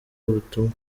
ubutumwa